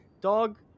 Dog